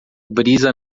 brisa